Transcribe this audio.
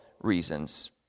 reasons